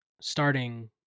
starting